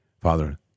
Father